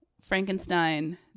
Frankenstein